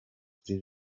kuri